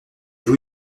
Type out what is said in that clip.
vous